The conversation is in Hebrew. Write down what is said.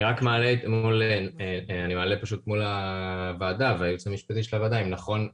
אני מעלה פשוט מול הוועדה והייעוץ המשפטי של הוועדה אם נכון,